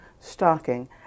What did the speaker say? stalking